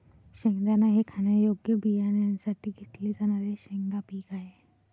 शेंगदाणा हे खाण्यायोग्य बियाण्यांसाठी घेतले जाणारे शेंगा पीक आहे